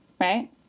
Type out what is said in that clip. right